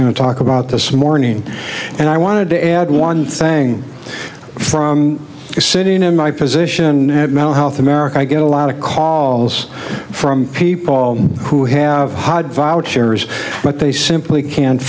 going to talk about this morning and i wanted to add one thing from sitting in my position on health america i get a lot of calls from people who have hard vouchers but they simply can't